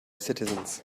citizens